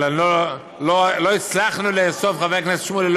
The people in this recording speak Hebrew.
אבל חבר הכנסת שמולי,